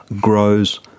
grows